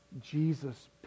Jesus